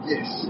Yes